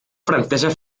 francesas